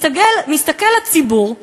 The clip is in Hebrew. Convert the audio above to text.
מסתכל הציבור ואומר: